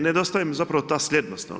Nedostaje mi zapravo ta slijednost.